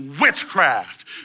witchcraft